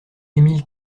émile